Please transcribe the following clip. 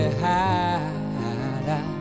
hide